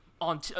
on